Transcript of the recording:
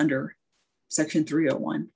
under section three a one